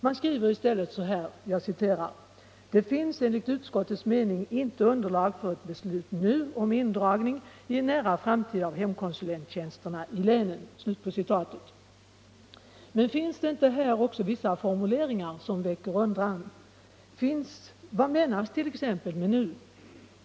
Man skriver i stället så här: ”Det finns enligt utskottets mening inte underlag för ett beslut nu om indragning i en nära framtid av hemkonsulenttjänsterna i länen.” Finns det inte också här vissa formuleringar som väcker undran? Vad menas t.ex. med ”nu”?